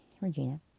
Regina